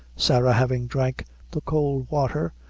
sarah having drank the cold water,